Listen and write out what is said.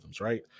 right